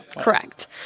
Correct